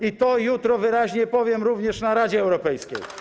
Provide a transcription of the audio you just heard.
I to jutro wyraźnie powiem również w Radzie Europejskiej.